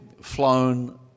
flown